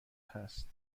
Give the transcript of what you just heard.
هست